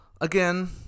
Again